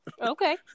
okay